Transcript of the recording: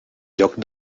lloc